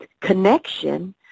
connection